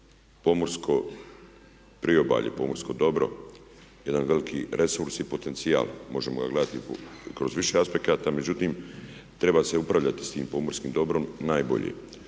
pomorsko priobalje, pomorsko dobro jedan veliki resurs i potencijal možemo ga gledati kroz više aspekata, međutim treba se upravljati s tim pomorskim dobrom najbolje.